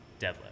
deadlift